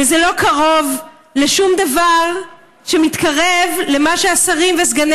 וזה לא קרוב לשום דבר שמתקרב למה שהשרים וסגני